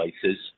places